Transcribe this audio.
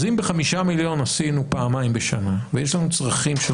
אם בחמישה מיליון עשינו פעמיים בשנה ויש לנו צרכים של